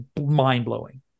mind-blowing